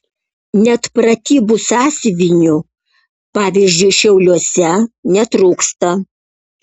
net pratybų sąsiuvinių pavyzdžiui šiauliuose netrūksta